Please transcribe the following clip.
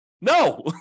No